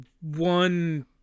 one